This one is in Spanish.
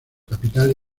capital